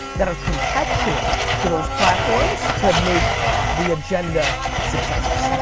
that are contextual to those platforms to make the agenda success.